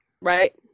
Right